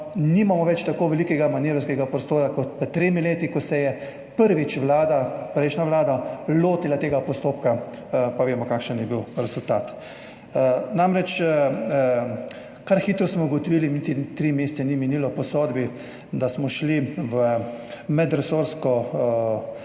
nimamo več tako velikega manevrskega prostora kot pred tremi leti, ko se je prvič vlada, prejšnja vlada, lotila tega postopka, pa vemo, kakšen je bil rezultat. Kar hitro smo namreč ugotovili, niti tri mesece ni minilo po sodbi, da smo šli v medresorsko